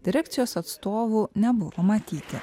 direkcijos atstovų nebuvo matyti